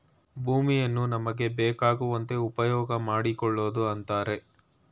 ಭೂಮಿಯನ್ನು ನಮಗೆ ಬೇಕಾಗುವಂತೆ ಉಪ್ಯೋಗಮಾಡ್ಕೊಳೋದು ಅಂತರೆ